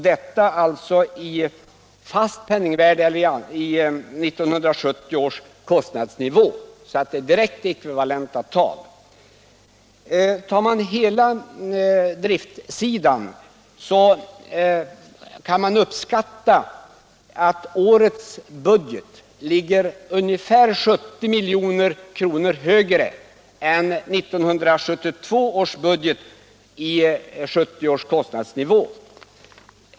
Denna uppgift är framräknad i fast penningvärde med utgång från 1970 års kostnadsnivå.